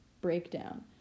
breakdown